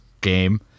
game